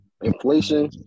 Inflation